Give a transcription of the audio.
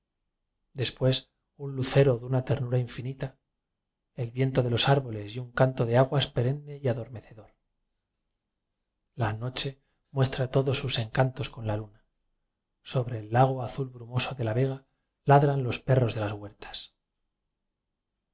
pués un lucero de una ternura infinita el viento en los árboles y un canto de aguas perenne y adormecedor la noche muestra todos sus encantos con la luna sobre el lago azul brumoso de la vega ladran los perros de las huertas